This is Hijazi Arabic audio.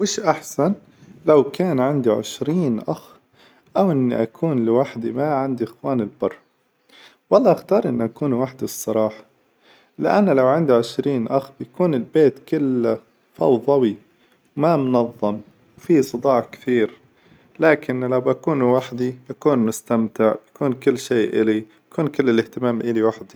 وش أحسن لو كان عندي عشرين أخ أو إني أكون لوحدي ما عندي إخوان أكبر؟ والله اختار إني أكون وحدي الصراحة، لأن لو عندي عشرين أخ بيكون البيت كله فوظوي، ما منظم، وفي صداع كثير، لكن إذا بكون وحدي بكون مستمتع، بيكون كل شي إلي، بيكون كل الإهتمام إلي وحدي.